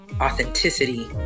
authenticity